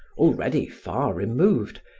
already far removed,